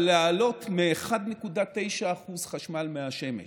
אבל לעלות מ-1.9% חשמל מהשמש